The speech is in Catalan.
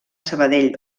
sabadell